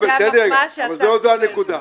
לא זו הנקודה.